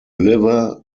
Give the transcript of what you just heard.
liver